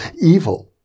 evil